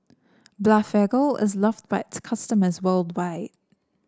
Blephagel is loved by its customers worldwide